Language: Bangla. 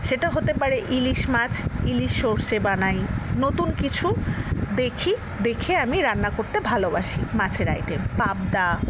সেটা হতে পারে ইলিশ মাছ ইলিশ সর্ষে বানাই নতুন কিছু দেখি দেখে আমি রান্না করতে ভালোবাসি মাছের আইটেম পাবদা